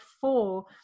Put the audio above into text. four